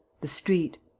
the street,